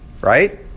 right